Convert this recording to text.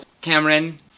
Cameron